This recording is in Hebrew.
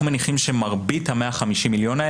אנחנו מניחים שמרבית ה-150,000,000,